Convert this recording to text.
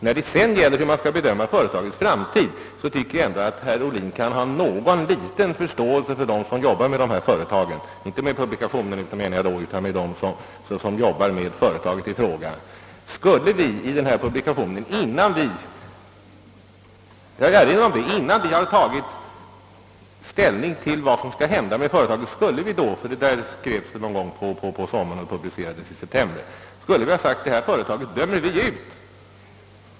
När det sedan gäller hur man skall bedöma företagets framtid tycker jag ändå att herr Ohlin kan ha någon liten förståelse för dem som jobbar med företagen i fråga — jag syftar då inte på dem som skriver i publikationen. Skulle vi i denna publikation, innan vi tagit ställning till vad som skulle hända med företaget, ha uttalat att detta företag dömer vi ut? Det aktuella avsnittet skrevs väl någon gång på sommaren och publicerades i september.